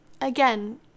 Again